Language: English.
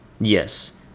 Yes